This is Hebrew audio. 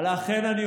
לאף אחד, לאף מגזר.